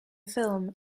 film